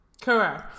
Correct